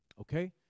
Okay